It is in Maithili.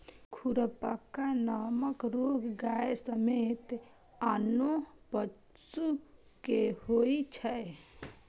खुरपका नामक रोग गाय समेत आनो पशु कें होइ छै